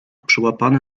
przyłapany